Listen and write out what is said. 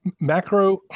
macro